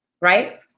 right